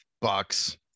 bucks